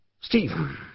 Stephen